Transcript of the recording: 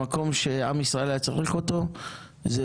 במקום שעם ישראל היה צריך אותו, זה